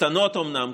קטנות אומנם,